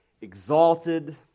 exalted